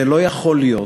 זה לא יכול להיות,